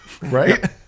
Right